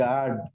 God